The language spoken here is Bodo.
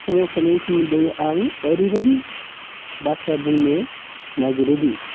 सोमावसारनायनि सोमोन्दोयै आं ओरैबायदि बाथ्रा बुंनो नायगिरो दि